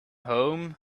home